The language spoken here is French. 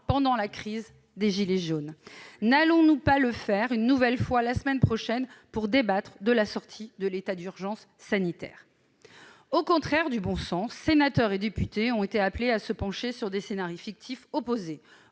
pendant la crise des « gilets jaunes »? N'allons-nous pas le faire une nouvelle fois la semaine prochaine, lorsque nous débattrons de la sortie de l'état d'urgence sanitaire ? Au rebours du bon sens, sénateurs et députés ont été appelés à se pencher sur des fictifs opposés,